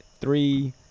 three